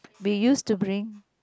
we used to bring